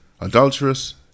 adulterous